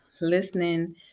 listening